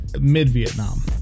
mid-Vietnam